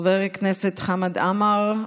חבר הכנסת חמד עמאר,